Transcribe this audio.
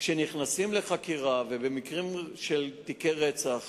כשנכנסים לחקירה, ובמקרים של תיקי רצח